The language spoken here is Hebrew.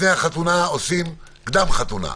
קדם-חתונה.